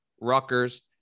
Rutgers